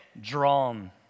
drawn